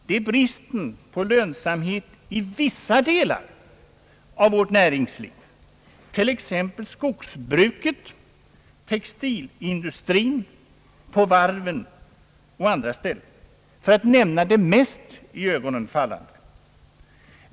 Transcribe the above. Det är bristen på lönsamhet i vissa delar av vårt näringsliv, t.ex. skogsbruket, textilindustrin och varven för att nämna de mest iögonenfallande.